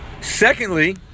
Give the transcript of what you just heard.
Secondly